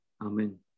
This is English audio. Amen